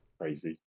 Crazy